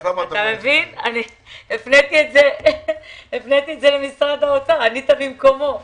אני הפניתי את זה למשרד האוצר, ענית במקומו.